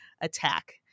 attack